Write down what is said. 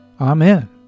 Amen